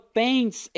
paints